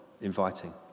inviting